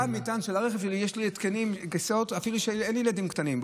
בתא המטען של הרכב שלי יש לי התקנים וכיסאות אפילו שאין לי ילדים קטנים,